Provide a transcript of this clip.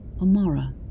Amara